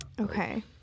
Okay